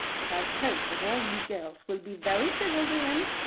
but i hope that all you girls will be very civil to him,